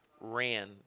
ran